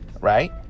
Right